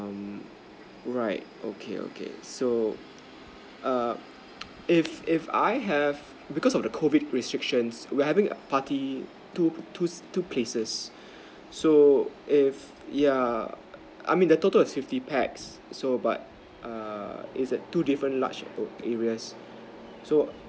um right okay okay so err if if I have because of the COVID restriction we're having party two two two places so if yeah I mean the total is fifty paxs so but err it's at two different large areas so